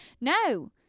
No